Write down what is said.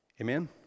Amen